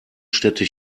städte